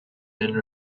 and